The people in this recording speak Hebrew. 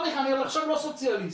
אני עכשיו לא סוציאליסט.